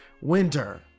Winter